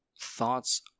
thoughts